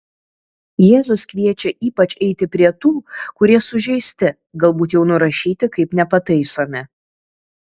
jėzus kviečia ypač eiti prie tų kurie sužeisti galbūt jau nurašyti kaip nepataisomi